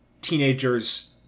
teenagers